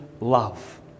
love